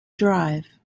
drive